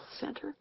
center